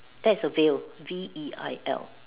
that's a veil V E I L